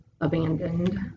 abandoned